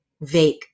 vague